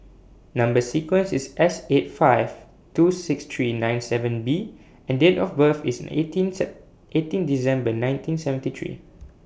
Number sequence IS S eight five two six three nine seven B and Date of birth IS eighteen eighteen December nineteen seventy three